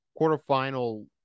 quarterfinal